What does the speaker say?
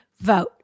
vote